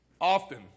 often